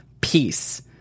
Peace